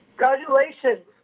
Congratulations